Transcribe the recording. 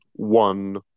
one